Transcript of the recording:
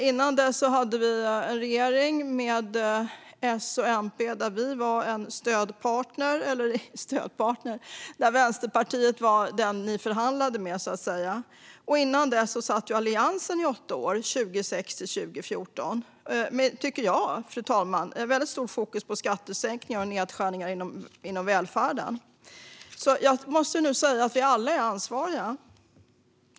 Innan dess hade vi en regering med S och MP, där Vänsterpartiet var den man förhandlade med, så att säga. Innan dess satt Alliansen i åtta år, 2006-2014. Jag tycker att de, fru talman, hade ett väldigt stort fokus på skattesänkningar och nedskärningar inom välfärden. Jag måste nog säga att vi alla är ansvariga.